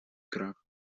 крах